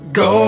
go